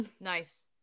Nice